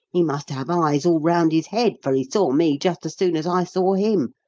he must have eyes all round his head, for he saw me just as soon as i saw him,